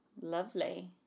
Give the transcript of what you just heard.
Lovely